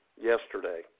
yesterday